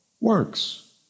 works